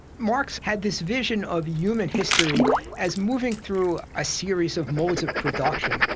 marx had this vision of human history as moving through a series of modes of production,